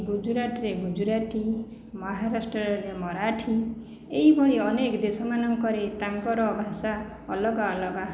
ଗୁଜୁରାଟରେ ଗୁଜୁରାଟୀ ମହରାଷ୍ଟ୍ରରେ ମରାଠୀ ଏଇଭଳି ଅନେକ ଦେଶମାନଙ୍କରେ ତାଙ୍କର ଭାଷା ଅଲଗା ଅଲଗା